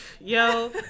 Yo